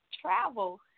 travel